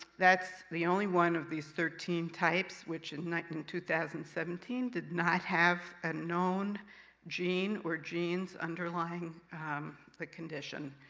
that's the only one of these thirteen types, which in nineteen two thousand and seventeen, did not have a known gene or genes underlying the condition,